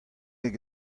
hag